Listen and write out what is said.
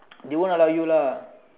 they won't allow you lah